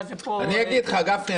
מה זה פה --- אני אגיד לך, גפני.